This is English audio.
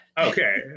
Okay